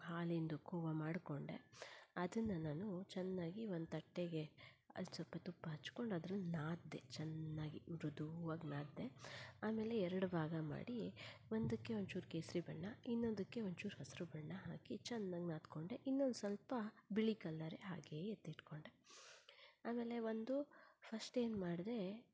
ಹಾಲಿಂದು ಖೋವಾ ಮಾಡಿಕೊಂಡೆ ಅದನ್ನು ನಾನು ಚೆನ್ನಾಗಿ ಒಂದು ತಟ್ಟೆಗೆ ಸ್ವಲ್ಪ ತುಪ್ಪ ಹಚ್ಚಿಕೊಂಡು ಅದ್ರನ್ನು ನಾದಿದೆ ಚೆನ್ನಾಗಿ ಮೃದುವಾಗಿ ನಾದಿದೆ ಆಮೇಲೆ ಎರಡು ಭಾಗ ಮಾಡಿ ಒಂದಕ್ಕೆ ಒಂಚೂರು ಕೇಸರಿ ಬಣ್ಣ ಇನ್ನೊಂದಕ್ಕೆ ಒಂಚೂರು ಹಸಿರು ಬಣ್ಣ ಹಾಕಿ ಚೆನ್ನಾಗಿ ನಾದಿಕೊಂಡೆ ಇನ್ನೊಂದು ಸ್ವಲ್ಪ ಬಿಳಿ ಕಲ್ಲರ್ ಹಾಗೇ ಎತ್ತಿಟ್ಕೊಂಡೆ ಆಮೇಲೆ ಒಂದು ಫಸ್ಟ್ ಏನ್ಮಾಡಿದೆ